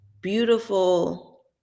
beautiful